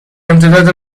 امتداد